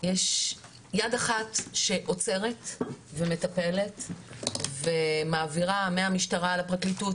יש יד אחת שעוצרת ומטפלת ומעבירה מהמשטרה לפרקליטות,